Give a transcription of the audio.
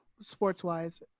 sports-wise